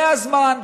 זה הזמן,